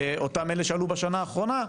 אותם אלה שעלו בשנה האחרונה,